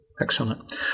Excellent